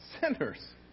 sinners